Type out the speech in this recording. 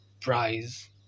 Prize